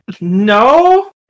no